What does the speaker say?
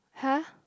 !huh!